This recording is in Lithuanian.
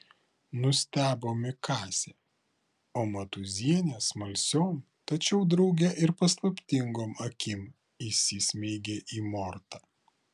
nustebo mikasė o matūzienė smalsiom tačiau drauge ir paslaptingom akim įsismeigė į mortą